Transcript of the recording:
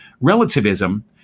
relativism